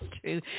true